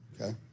Okay